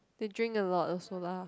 they drink a lot also lah